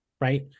right